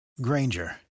Granger